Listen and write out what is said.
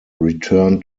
return